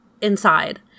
inside